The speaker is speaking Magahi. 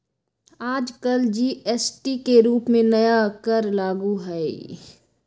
आजकल जी.एस.टी के रूप में नया कर लागू हई